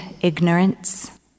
ignorance